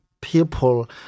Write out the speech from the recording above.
People